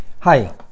Hi